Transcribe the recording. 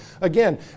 Again